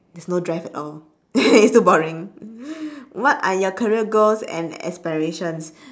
there's no drive at all it's too boring what are your career goals and aspirations